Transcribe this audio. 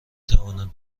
توانم